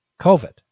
COVID